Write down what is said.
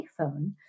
iPhone